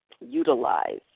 utilize